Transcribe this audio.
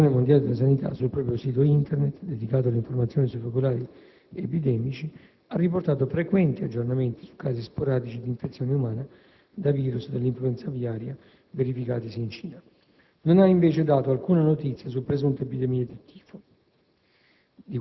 L'Organizzazione mondiale della sanità, sul proprio sito Internet dedicato alle informazioni sui focolai epidemici ha riportato frequenti aggiornamenti su casi sporadici di infezione umana da *virus* dell'influenza aviaria verificatisi in Cina; non ha, invece, dato alcuna notizia su presunte epidemie di tifo,